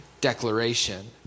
declaration